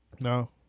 no